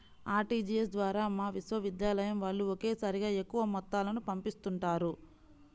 RTGS ద్వారా మా విశ్వవిద్యాలయం వాళ్ళు ఒకేసారిగా ఎక్కువ మొత్తాలను పంపిస్తుంటారు